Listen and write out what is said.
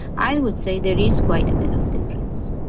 i would say there is quite a bit of difference.